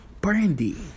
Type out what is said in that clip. brandy